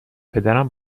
پدرم